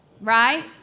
Right